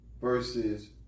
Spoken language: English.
versus